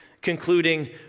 concluding